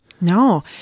No